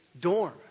dorm